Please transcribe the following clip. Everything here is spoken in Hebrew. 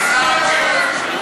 כשר הבריאות,